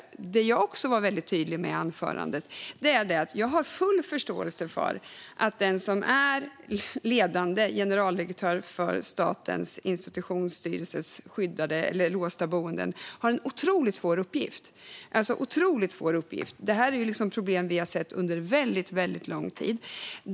I anförandet var jag också väldigt tydlig med att jag har full förståelse för att den som är generaldirektör för Statens institutionsstyrelses låsta boenden har en otroligt svår uppgift. Detta är problem vi har sett under väldigt lång tid.